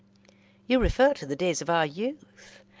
you refer to the days of our youth.